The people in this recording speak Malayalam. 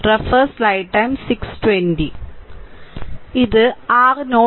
ഇത് r നോഡ് 1 ആണ് ഇത് r നോഡ് 2